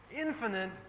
infinite